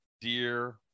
dear